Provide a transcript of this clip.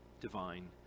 divine